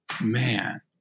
Man